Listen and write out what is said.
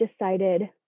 decided